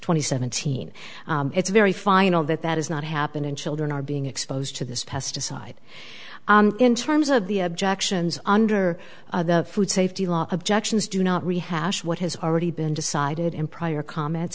twenty seventeen it's very final that that is not happen and children are being exposed to this pesticide in terms of the objections under the food safety law objections do not rehash what has already been decided in prior comment